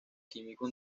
químico